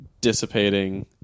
dissipating